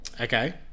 Okay